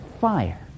fire